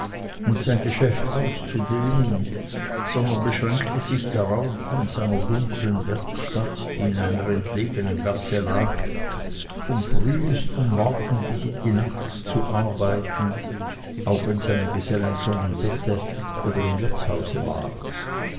und sein geschäft auszudehnen sondern beschränkte sich darauf in seiner dunklen werkstatt die in einer entlegenen gasse lag vom frühsten morgen bis in die nacht zu arbeiten auch wenn seine gesellen schon im bette oder im wirtshaus waren